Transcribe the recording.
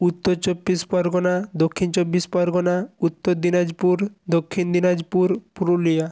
Uttar Chabbish Pargana Dakshin Chabbish Pargana Uttar Dinajpur Dakshin Dinajpur Purulia